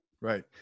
Right